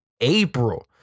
April